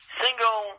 single